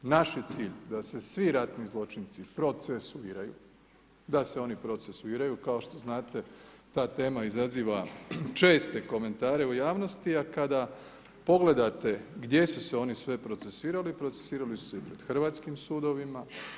Naš je cilj da se svi ratni zločinci procesuiraju, da se oni procesuiraju, kao što znate ta tema izaziva česte komentare u javnosti a kada pogledate gdje su se oni sve procesuirali, procesuirali su se i pod hrvatskim sudovima.